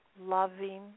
loving